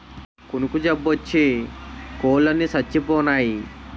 కునుకు జబ్బోచ్చి కోలన్ని సచ్చిపోనాయి